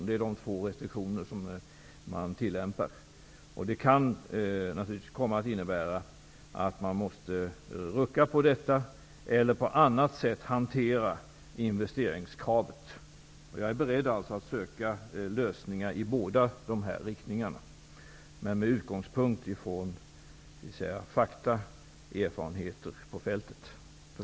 Det är de två restriktioner som tillämpas. Det här kan innebära att man måste rucka på dessa restriktioner eller på annat sätt hantera investeringskravet. Jag är beredd att söka lösningar i båda dessa riktningar. Utgångspunkten skall vara fakta och erfarenheter från fältet.